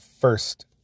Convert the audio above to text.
first